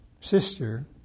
sister